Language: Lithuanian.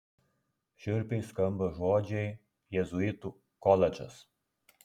šiurpiai skamba žodžiai jėzuitų koledžas